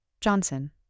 Johnson